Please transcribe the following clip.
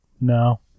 no